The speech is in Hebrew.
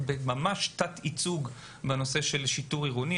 בתת ייצוג בנושא של שיטור עירוני,